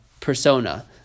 persona